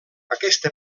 aquesta